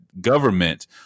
government